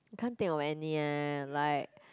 can't think of any leh like